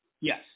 Yes